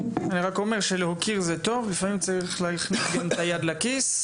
רק אומר שלהוקיר זה טוב אבל לפעמים צריך להכניס גם את היד לכיס.